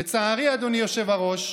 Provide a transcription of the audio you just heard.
לצערי, אדוני היושב-ראש,